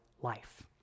life